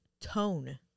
tone